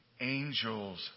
Angels